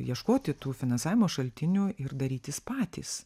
ieškoti tų finansavimo šaltinių ir darytis patys